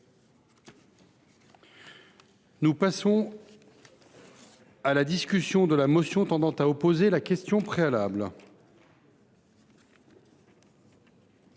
Nous passons à la discussion de la motion tendant à opposer l’exception